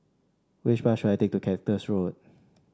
which bus should I take to Cactus Road